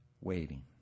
waiting